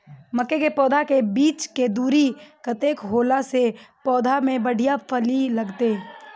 मके के पौधा के बीच के दूरी कतेक होला से पौधा में बढ़िया फली लगते?